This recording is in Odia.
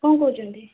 କ'ଣ କହୁଛନ୍ତି